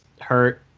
hurt